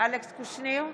אלכס קושניר,